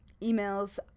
emails